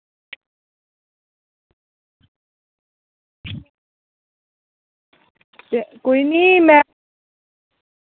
ते कोई निं में